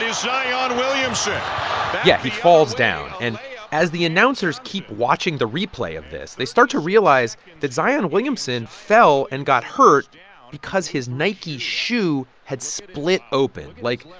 ah williamson yeah, he falls down. and as the announcers keep watching the replay of this, they start to realize that zion williamson fell and got hurt because his nike shoe had split open. like,